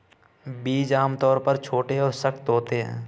बीज आमतौर पर छोटे और सख्त होते हैं